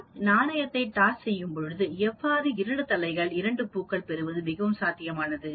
நான் நாணயத்தை டாஸ் செய்யும்பொழுது எவ்வாறு 2 தலைகள் 2 பூக்கள் பெறுவது மிகவும் சாத்தியமானது